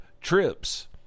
trips